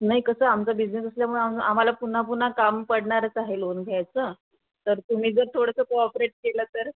नाही कसं आमचा बिझनेस असल्यामुळे आ आम्हाला पुन्हा पुन्हा काम पडणारच आहे लोन घ्यायचं तर तुम्ही जर थोडंसं कोऑपरेट केलं तर